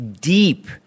deep